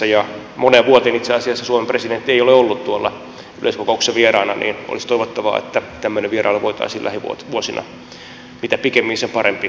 moneen vuoteen itse asiassa suomen presidentti ei ole ollut yleiskokouksessa vieraana niin että olisi toivottavaa että tämmöinen vierailu voitaisiin lähivuosina mitä pikemmin sen parempi